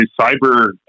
cyber